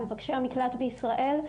מבקשי המקלט בישראל,